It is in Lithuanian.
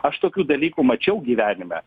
aš tokių dalykų mačiau gyvenime